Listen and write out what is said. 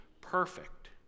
perfect